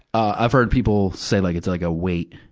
i've heard people say like it's like a weight.